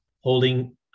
holding